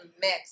mix